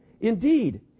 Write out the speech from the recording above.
Indeed